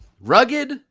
rugged